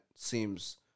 Seems